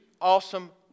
awesome